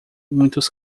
muitos